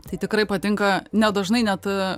tai tikrai patinka ne dažnai net